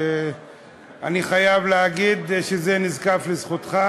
אני חייב להגיד שזה נזקף לזכותך,